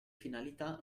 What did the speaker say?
finalità